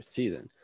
season